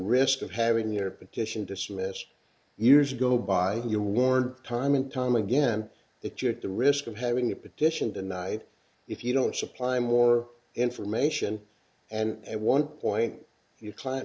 risk of having your petition dismissed years ago by your ward time and time again that you're at the risk of having a petition to the nih if you don't supply more information and at one point your client